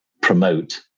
promote